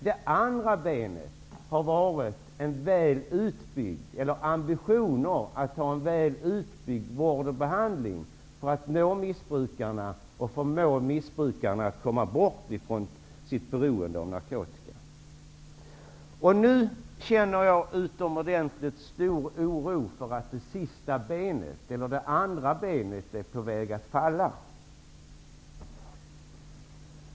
Det andra benet har stått för en väl utbyggd vård och behandling, eller ambitionen att ha en en sådan, för att nå missbrukarna och för att förmå dem att ta sig ur sitt beroende av narkotika. Nu känner jag utomordentligt stor oro för att ''det andra benet'' är på väg att vika sig.